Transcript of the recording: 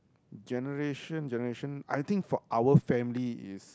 generation generation I think for our family is